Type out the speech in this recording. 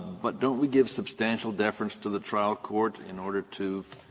but don't we give substantial deference to the trial court in order to